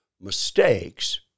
mistakes